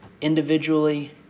individually